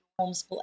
Homeschool